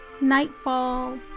nightfall